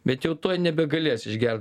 bet jau tuoj nebegalės išgert